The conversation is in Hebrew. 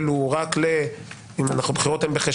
בואו נדחה את הבחירות האלה אם הבחירות הן בחשוון,